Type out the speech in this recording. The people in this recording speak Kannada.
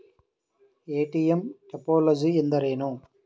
ಎ.ಟಿ.ಎಂ ಟೋಪೋಲಜಿ ಎಂದರೇನು?